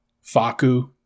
Faku